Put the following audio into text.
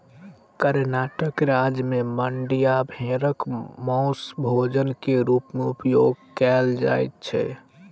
कर्णाटक राज्य में मांड्या भेड़क मौस भोजन के रूप में उपयोग कयल जाइत अछि